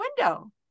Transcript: window